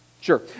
sure